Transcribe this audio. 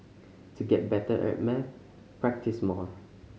to get better at maths practise more